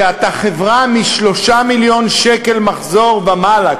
כשאתה חברה ממחזור של 3 מיליון שקל ומעלה,